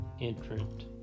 entrant